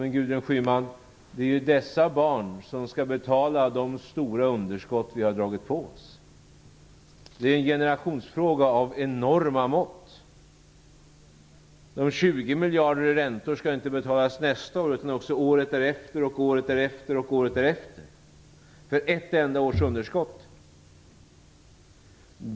Men, Gudrun Schyman, det är ju dessa barn som skall betala de stora underskott som vi har dragit på oss. Det är en generationsfråga av enorma mått. De 20 miljarderna i räntor skall inte betalas bara nästa år utan också året därefter, året därefter och året därefter för ett enda års underskott.